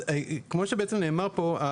כמו שבעצם נאמר פה,